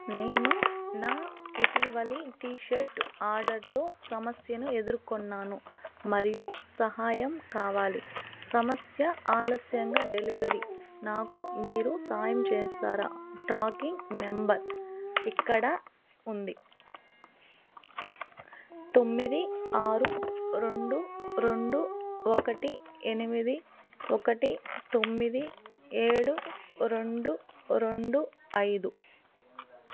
నేను నా ఇటీవలి టీ షర్ట్ ఆర్డర్తో సమస్యను ఎదుర్కొన్నాను మరియు సహాయం కావాలి సమస్య ఆలస్యంగా డెలివరీ నాకు మీరు సాయం చేస్తారా ట్రాకింగ్ నెంబర్ ఇక్కడ ఉంది తొమ్మిది ఆరు రెండు రెండు ఒకటి ఎనిమిది ఒకటి తొమ్మిది ఏడు రెండు రెండు ఐదు